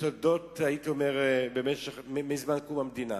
בתולדות המדינה,